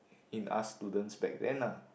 in us students back then lah